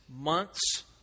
months